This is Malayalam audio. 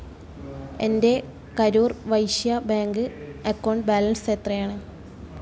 എൻ്റെ Karur Vysya bank account balance എത്രയാണ്